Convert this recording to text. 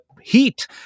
heat